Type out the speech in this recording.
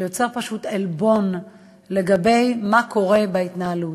שיוצר פשוט עלבון לגבי מה שקורה בהתנהלות.